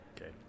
Okay